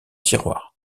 tiroir